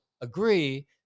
agree